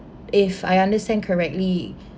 if I understand correctly